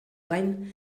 gain